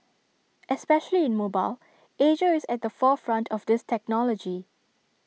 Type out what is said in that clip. especially in mobile Asia is at the forefront of this technology